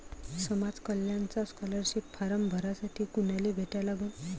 समाज कल्याणचा scholarship form भरासाठी कुनाले भेटा लागन?